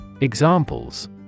Examples